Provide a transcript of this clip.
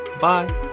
Bye